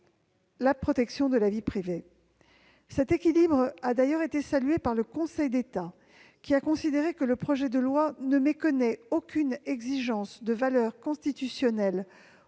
la protection de la vie privée. Cet équilibre a d'ailleurs été salué par le Conseil d'État, qui a considéré que « le projet de loi ne méconnaît aucune exigence de valeur constitutionnelle